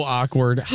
awkward